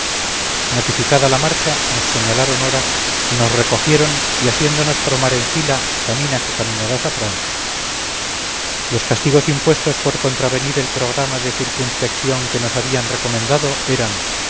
notificada la marcha nos señalaron hora nos recogieron y haciéndonos formar en fila camina que caminarás a francia los castigos impuestos por contravenir el programa de circunspección que nos habían recomendado eran